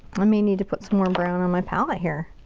i may need to put some more brown on my palette here.